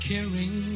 Caring